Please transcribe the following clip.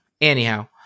Anyhow